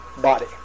body